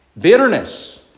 bitterness